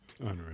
Unreal